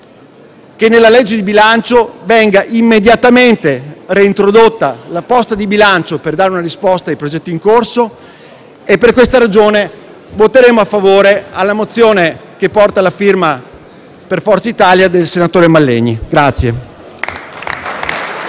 che nella legge di bilancio venga immediatamente reintrodotta la posta di bilancio per dare una risposta ai progetti in corso e per questa ragione voteremo a favore della mozione che porta la firma, per Forza Italia, del senatore Mallegni.